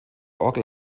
orgel